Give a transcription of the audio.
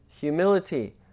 Humility